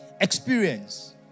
Experience